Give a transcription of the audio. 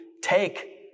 Take